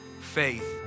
faith